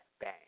bang